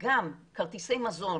גם כרטיסי מזון